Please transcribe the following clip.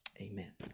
amen